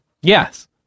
Yes